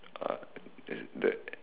uh that